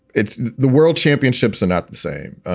it's the world championships. and at the same